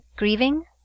Grieving